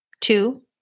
Two